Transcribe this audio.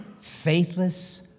faithless